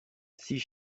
six